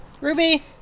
Ruby